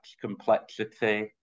complexity